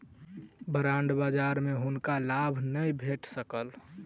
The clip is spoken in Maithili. बांड बजार में हुनका लाभ नै भेट सकल